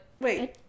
Wait